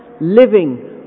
living